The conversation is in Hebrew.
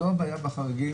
הבעיה שם היא לא בחריגים.